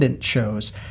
shows